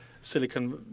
Silicon